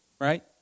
right